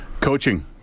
Coaching